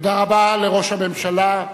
תודה רבה לראש הממשלה.